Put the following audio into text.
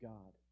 God